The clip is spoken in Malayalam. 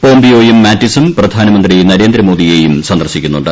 പോംപിയോയും മാറ്റിസും പ്രധാനമന്ത്രി നരേന്ദ്രമോദിയെയും സന്ദർശിക്കുന്നുണ്ട്